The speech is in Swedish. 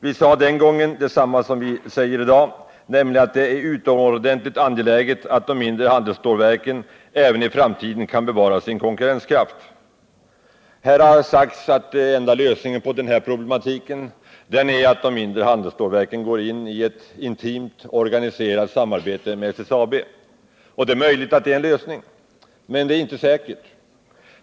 Vi sade den gången detsamma som vi säger i dag, nämligen att det är utomordentligt angeläget att de mindre handelsstålverken även i framtiden kan bevara sin konkurrenskraft. Här har sagts att enda lösningen på denna problematik är att de mindre handelsstålverken går in i ett intimt organiserat samarbete med SSAB. Det är möjligt att det är en lösning, men det är inte säkert.